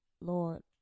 lord